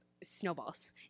snowballs